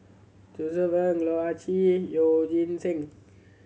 Josef Ng Loh Ah Chee Yeoh Ghim Seng